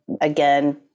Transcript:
again